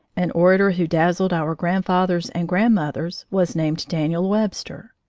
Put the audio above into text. an orator who dazzled our grandfathers and grandmothers was named daniel webster.